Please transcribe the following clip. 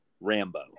Rambo